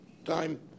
Time